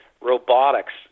robotics